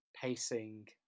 pacing